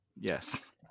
Yes